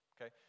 okay